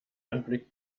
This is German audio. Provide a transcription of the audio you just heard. anblick